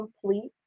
complete